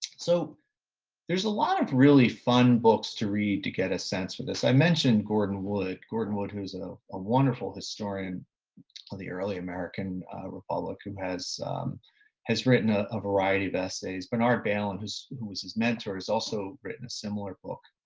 so there's a lot of really fun books to read to get a sense for this. i mentioned gordon wood. gordon wood, who is a a wonderful historian of the early american republic who has has written a a variety of essays. bernard bailyn, who was his mentor, has also written a similar book